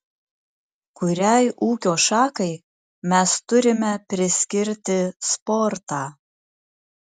kuriai ūkio šakai mes turime priskirti sportą